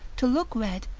to look red,